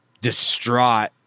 distraught